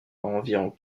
environ